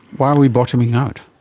why we bottoming out?